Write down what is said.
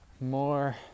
more